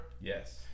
Yes